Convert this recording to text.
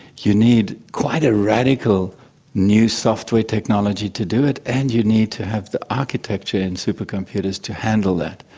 you need quite a radical new software technology to do it and you need to have the architecture in supercomputers to handle that.